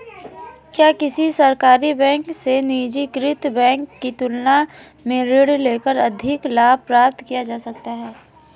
क्या किसी सरकारी बैंक से निजीकृत बैंक की तुलना में ऋण लेकर अधिक लाभ प्राप्त किया जा सकता है?